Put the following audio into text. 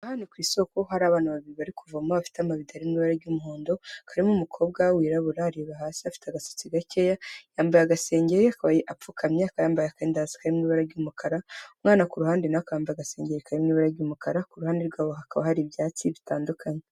Hano ni ku isoko. Hari abana babiri bari kuvoma bafite amabido ari mu ibara ry'umuhondo karimo umukobwa wirabura areba hasi, afite agasatsi gakeya, yambaye agasengeri akaba apfukamye, akaba yambaye akenda hasi kari mu ibara ry'umukara umwana ku ruhande na we akaba yambaye agasengeri kari mu ibara ry'umukara ku ruhande rwabo hakaba hari ibyatsi bitandukanye.